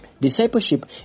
discipleship